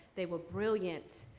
they were brilliant,